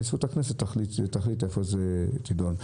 נשיאות הכנסת תחליט איפה זה יידון.